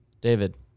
David